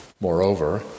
Moreover